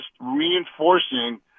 reinforcing